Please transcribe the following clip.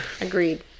Agreed